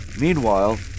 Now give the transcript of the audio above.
Meanwhile